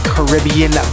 Caribbean